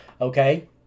Okay